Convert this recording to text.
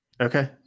okay